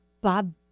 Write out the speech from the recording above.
Bob